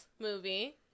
movie